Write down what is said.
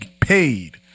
paid